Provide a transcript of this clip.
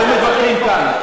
לא מתווכחים כאן.